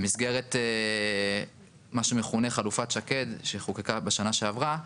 במסגרת מה שמכונה חלופת שקד, שחוקקה בשנה שעברה,